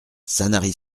sanary